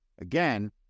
Again